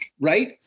right